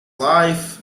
life